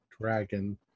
Dragon